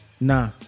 Nah